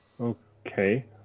Okay